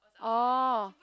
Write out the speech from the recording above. oh